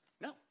No